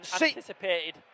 anticipated